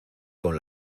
con